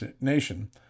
nation